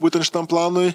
būtent šitam planui